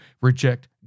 reject